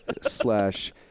slash